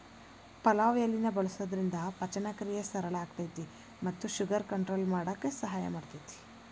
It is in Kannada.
ಪಲಾವ್ ಎಲಿನ ಬಳಸೋದ್ರಿಂದ ಪಚನಕ್ರಿಯೆ ಸರಳ ಆಕ್ಕೆತಿ ಮತ್ತ ಶುಗರ್ ಕಂಟ್ರೋಲ್ ಮಾಡಕ್ ಸಹಾಯ ಮಾಡ್ತೆತಿ